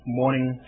morning